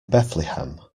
bethlehem